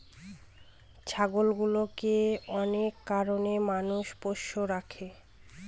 ছাগলগুলোকে অনেক কারনে মানুষ পোষ্য রাখে